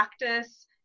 practice